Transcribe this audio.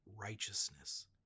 righteousness